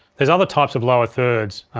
there's other types of lower thirds